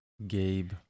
gabe